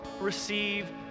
receive